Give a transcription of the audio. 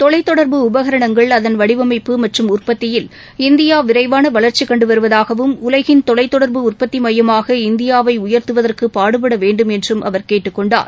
தொலைத்தொடர்பு உபகரணங்கள் அதன் வடிவமைப்பு மற்றும் உற்பத்தியில் இந்தியா விரைவான வளர்ச்சி கண்டு வருவதாகவும் உலகின் தொலைத்தொடர்பு உற்பத்தி மையமாக இந்தியாவை உயர்த்துவதற்கு பாடுபட வேண்டும் என்றும் அவர் கேட்டுக்கொண்டார்